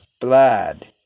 blood